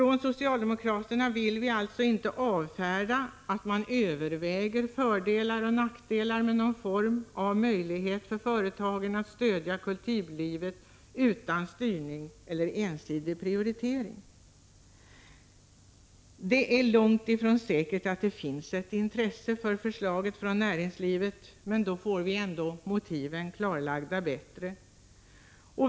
Vi socialdemokrater vill inte avfärda detta att man överväger fördelar och nackdelar med någon form av möjlighet för företagen att stödja kulturlivet utan styrning eller ensidig prioritering. Det är långt ifrån säkert att det finns ett intresse för förslaget från näringslivet, men då får vi ändå motiven bättre klarlagda.